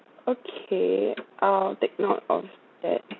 okay I'll take note of that